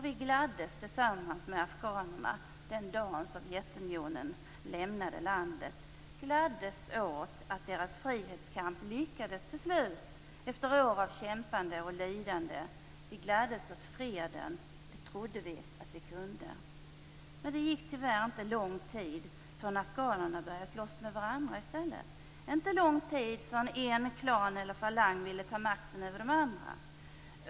Vi gladdes tillsammans med afghanerna den dag Sovjetunionen lämnade landet, gladdes åt att deras frihetskamp till slut hade lyckats efter år av kämpande och lidande. Vi gladdes åt freden. Det trodde vi att vi kunde. Men det gick tyvärr inte lång tid förrän afghanerna började slåss med varandra i stället, inte lång tid förrän en klan eller en falang ville ta makten över de andra.